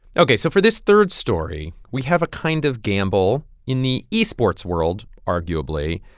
ok, so for this third story, we have a kind of gamble in the esports world, arguably.